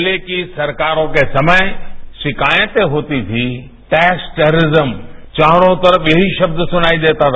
पहले की सरकारों के समय शिकायतें होती थी टैक्स टैरोरिजम चारों तरफ यही शब्द सुनाई देता था